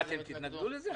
תתנגדו לזה?